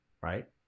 right